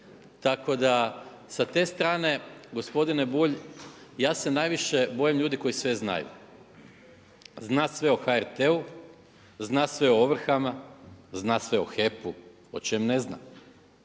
Tako da sa te strane gospodine Bulj ja se najviše bojim ljudi koji sve znaju. Zna sve o HRT-u, zna sve o ovrhama, zna sve o HEP-u, o čem ne zna.